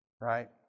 right